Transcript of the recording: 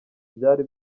byari